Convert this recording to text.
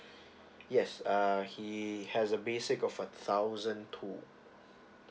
yes um he has a basic of a thousand two